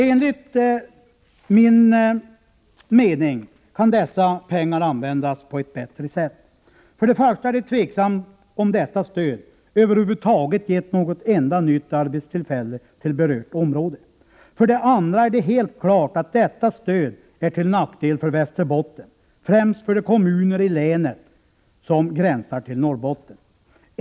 Enligt min mening kan dessa pengar användas på ett bättre sätt. För det första är det tveksamt om detta stöd över huvud taget gett något enda nytt arbetstillfälle i berört område. För det andra är det helt klart att detta stöd är till nackdel för Västerbotten, främst för de kommuner i länet som gränsar till Norrbotten.